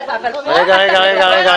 אבל פה אתה מדבר על המון אנשים --- רגע,